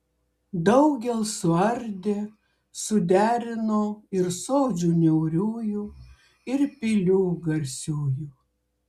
daugel suardė suderino ir sodžių niauriųjų ir pilių garsiųjų